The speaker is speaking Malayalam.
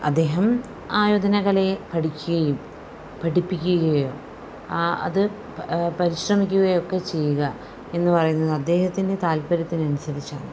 അദ്ദേഹം ആയോധനകലയെ പഠിക്കുകയും പഠിപ്പിക്കുകയും ആ അത് പരിശ്രമിക്കുകയൊക്കെ ചെയ്യുക എന്നു പറയുന്നത് അദ്ദേഹത്തിൻ്റെ താല്പര്യത്തിനനുസരിച്ചാണ്